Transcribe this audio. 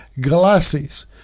glasses